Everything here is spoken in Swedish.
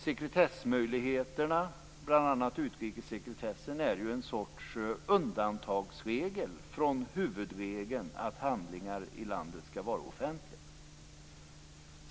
Sekretessmöjligheterna, bl.a. utrikessekretessen, är ju en sorts undantag från huvudregeln att handlingar i landet skall vara offentliga.